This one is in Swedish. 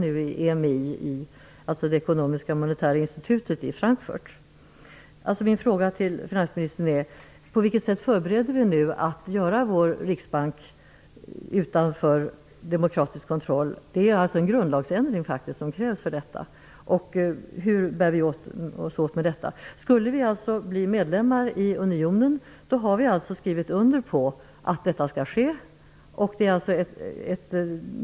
Jag syftar på EMI, dvs. det ekonomiska och monetära institutet i Min fråga till finansministern är: På vilket sätt förbereder vi nu att göra vår riksbank oavhängig och utanför demokratisk kontroll? Det krävs faktiskt en grundlagsändring för detta. Hur bär vi oss åt med det? Skulle vi bli medlemmar i unionen har vi skrivit under på att detta skall ske.